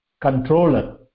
controller